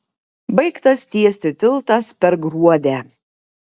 baigtas tiesti tiltas per gruodę